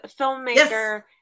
filmmaker